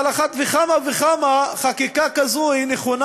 על אחת כמה וכמה חקיקה כזאת היא נכונה